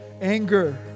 anger